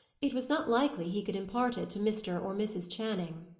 it was not likely he could impart it to mr. or mrs. channing.